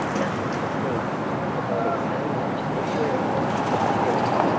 nothing fatigues the body so much as weariness of spirit,